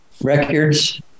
records